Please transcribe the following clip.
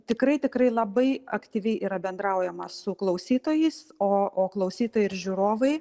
tikrai tikrai labai aktyviai yra bendraujama su klausytojais o o klausytojai ir žiūrovai